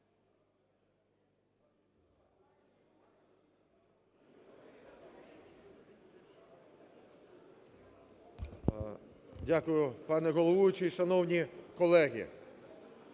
Дякую, пане головуючий. Шановні колеги,